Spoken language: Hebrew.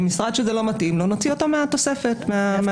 ומשרד שזה לא מתאים לו נוציא אותות מהתוספת המוצעת.